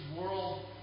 world